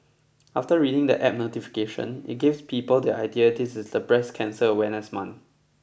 after reading the app notification it gives people the idea this is the breast cancer awareness month